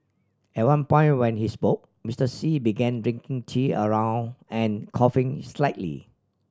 at one point when he spoke Mister Xi began drinking tea around and coughing slightly